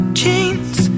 jeans